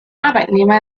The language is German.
arbeitnehmer